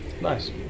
Nice